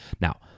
Now